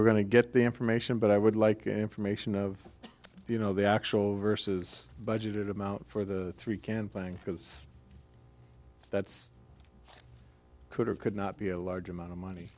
were going to get the information but i would like information of you know the actual versus budgeted amount for the three campaigning because that's could or could not be a large amount of money